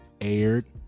Aired